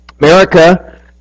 America